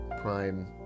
prime